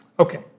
Okay